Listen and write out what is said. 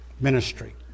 ministry